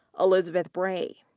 elizabeth bray,